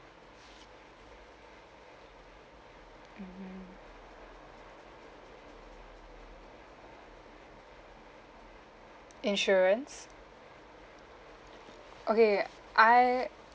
mmhmm insurance okay I